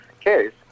case